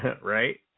Right